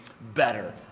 better